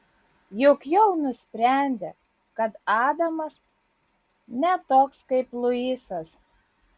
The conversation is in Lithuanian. juk jau nusprendė kad adamas ne toks kaip luisas